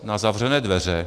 Na zavřené dveře.